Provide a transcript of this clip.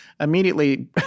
immediately